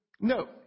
No